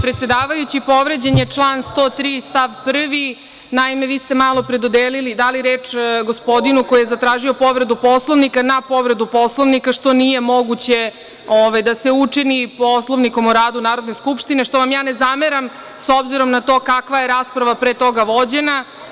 Povređen je član 103. stav 1. Naime, vi ste malopre dali reč gospodinu koji je zatražio povredu Poslovnika, na povredu Poslovnika, što nije moguće da se učini Poslovnikom o radu Narodne skupštine, što vam ne zameram, obzirom na to kakva je rasprava pre toga vođena.